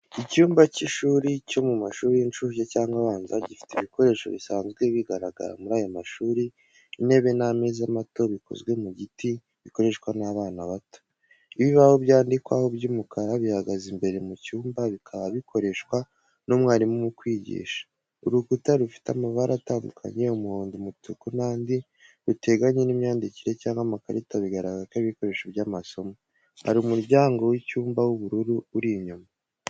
Icyumba cy’ishuri cyo mu mashuri y’inshuke cyangwa abanza, gifite ibikoresho bisanzwe bigaragara muri ayo mashuri, Intebe n’ameza mato bikozwe mu giti, bikoreshwa n’abana bato. Ibibaho byandikwaho, by’umukara bihagaze imbere mu cyumba, bikaba bikoreshwa n’umwarimu mu kwigisha. Urukuta rufite amabara atandukanye, umuhondo, umutuku, n’andi, ruteganye n’imyandikire cyangwa amakarita bigaragara ko ari ibikoresho by’amasomo. Hari umuryango w’icyumba w’ubururu uri inyuma.